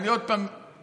אני עוד פעם מתנצל